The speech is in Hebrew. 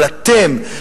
אבל אתם,